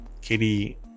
katie